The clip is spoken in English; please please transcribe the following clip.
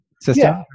system